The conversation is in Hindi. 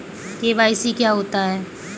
के.वाई.सी क्या होता है?